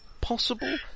possible